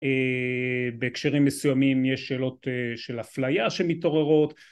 בהקשרים מסוימים יש שאלות של אפליה שמתעוררות